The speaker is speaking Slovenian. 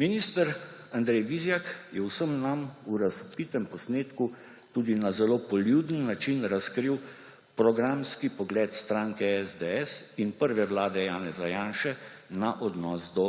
Minister Andrej Vizjak je vsem nam v razvpitem posnetku tudi na zelo poljuden način razkril programski pogled stranke SDS in prve vlade Janeza Janše na odnos do